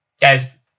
Guys